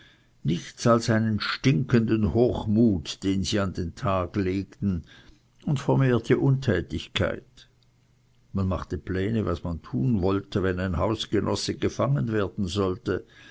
nichts als einen stinkenden hochmut den sie an den tag legten und wachsende untätigkeit man machte pläne was man tun wollte wenn ein hausgenosse gefangen werden sollte